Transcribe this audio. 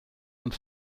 und